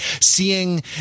seeing